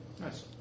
Nice